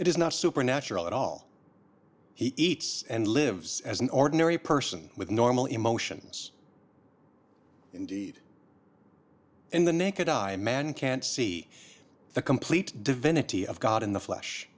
it is not supernatural at all he eats and lives as an ordinary person with normal emotions indeed in the naked eye and man can't see the complete divinity of god in the flesh